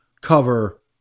cover